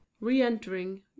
re-entering